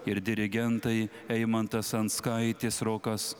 ir dirigentai eimantas anskaitis rokas